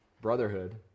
brotherhood